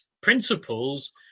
principles